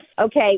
okay